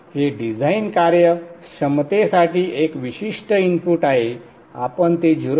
हे डिझाइन कार्यक्षमतेसाठी एक विशिष्ट इनपुट आहे आपण ते 0